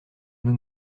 nous